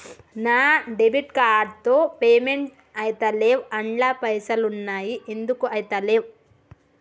నా debit card తో payment ఐతలేవ్ అండ్ల పైసల్ ఉన్నయి ఎందుకు ఐతలేవ్?